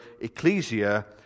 ecclesia